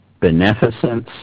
beneficence